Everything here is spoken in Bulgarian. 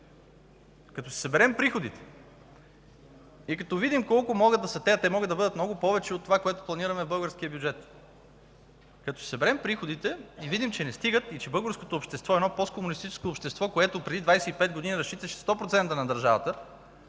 Като си съберем приходите и като видим колко могат да са те, а те могат да бъдат много повече от това, което планираме в българския бюджет; като си съберем приходите, ще видим, че не стигат и че българското общество е едно посткомунистическо общество, което преди 25 години разчиташе 100% на държавата.